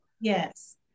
Yes